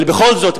אבל בכל זאת,